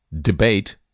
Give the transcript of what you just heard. debate